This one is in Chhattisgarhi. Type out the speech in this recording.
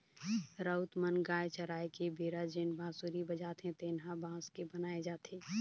राउत मन गाय चराय के बेरा जेन बांसुरी बजाथे तेन ह बांस के बनाए जाथे